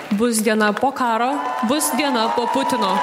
bus diena po karo bus diena po putino